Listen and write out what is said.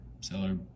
seller